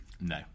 No